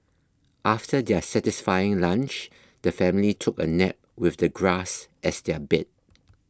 after their satisfying lunch the family took a nap with the grass as their bed